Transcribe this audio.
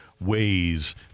ways